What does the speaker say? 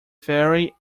very